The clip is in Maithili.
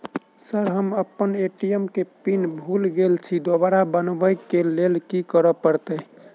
सर हम अप्पन ए.टी.एम केँ पिन भूल गेल छी दोबारा बनाबै लेल की करऽ परतै?